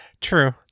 True